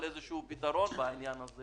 לחשוב על פתרון כלשהו בעניין הזה